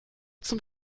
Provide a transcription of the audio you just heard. zum